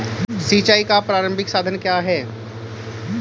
सिंचाई का प्रारंभिक साधन क्या है?